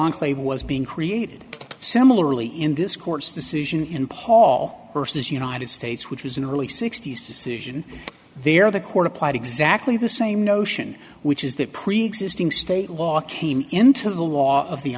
enclave was being created similarly in this court's decision in paul versus united states which was in the early sixty's decision there the court applied exactly the same notion which is that preexisting state law came into the law of the